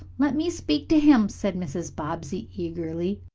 let me speak to him, said mrs. bobbsey eagerly.